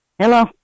Hello